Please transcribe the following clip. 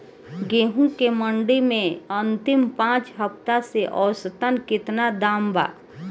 गेंहू के मंडी मे अंतिम पाँच हफ्ता से औसतन केतना दाम बा?